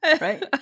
Right